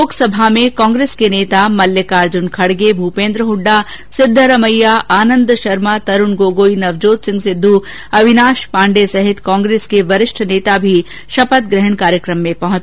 लोकसभा में कांग्रेस के नेता मल्लिकार्जुन खड़गे भूपेंद्र हुड्डा सिद्धरमैया आनंद शर्मा तरुण गोगोई नवजोत सिंह सिद्ध अविनाश पांडे सहित कांग्रेस के वरिष्ठ नेता भी शपथ ग्रहण कार्यक्रम में पहुंचे